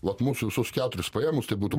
vat mus visus keturis paėmus tai būtų